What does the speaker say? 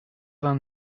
vingt